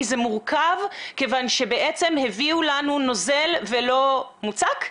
שזה מורכב כיוון שבעצם הביאו לנו נוזל ולא מוצק?